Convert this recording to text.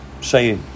say